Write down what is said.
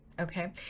Okay